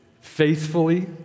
faithfully